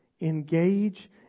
engage